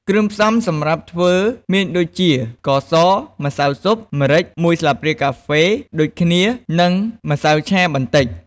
គ្រឿងផ្សំសម្រាប់ធ្វើមានដូចជា ស្ករស ម្សៅស៊ុប ម្រេច ១ស្លាបព្រាកាហ្វេដូចគ្នា និង ម្សៅឆា បន្តិច។